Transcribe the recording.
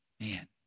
man